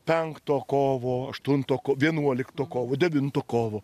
penkto kovo aštunto vienuolikto kovo devinto kovo